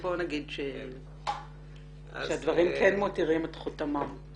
בוא נגיד שהדברים כן מותירים את חותמם.